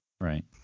Right